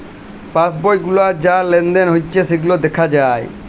pass বই গুলাতে যা লেলদেল হচ্যে সেগুলা দ্যাখা যায়